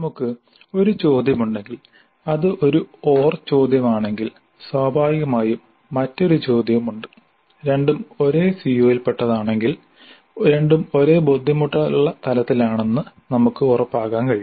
നമുക്ക് ഒരു ചോദ്യമുണ്ടെങ്കിൽ അത് ഒരു ഓർ ചോദ്യമാണെങ്കിൽ സ്വാഭാവികമായും മറ്റൊരു ചോദ്യവുമുണ്ട് രണ്ടും ഒരേ സിഒയിൽപ്പെട്ടതാണെങ്കിൽ രണ്ടും ഒരേ ബുദ്ധിമുട്ടുള്ള തലത്തിലാണെന്ന് നമുക്ക് ഉറപ്പാക്കാൻ കഴിയും